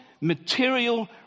Material